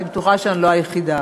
ואני בטוחה שאני לא היחידה.